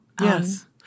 Yes